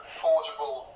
portable